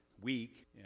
week